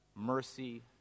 mercy